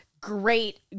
Great